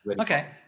Okay